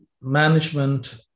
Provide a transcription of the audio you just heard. management